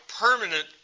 permanent